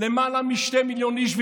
למעלה משני מיליון איש,